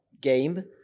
game